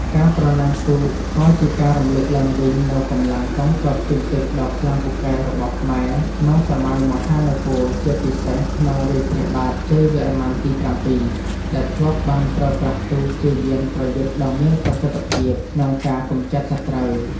ការប្រណាំងទូកក៏ជាការរំលឹកឡើងវិញនូវកម្លាំងកងទ័ពជើងទឹកដ៏ខ្លាំងពូកែរបស់ខ្មែរក្នុងសម័យមហានគរជាពិសេសក្នុងរាជ្យព្រះបាទជ័យវរ្ម័នទី៧ដែលធ្លាប់បានប្រើប្រាស់ទូកជាយានប្រយុទ្ធដ៏មានប្រសិទ្ធភាពក្នុងការកម្ចាត់សត្រូវ។